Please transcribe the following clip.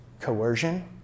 coercion